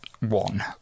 one